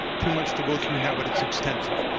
too much to go through now but it's extensive